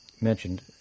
mentioned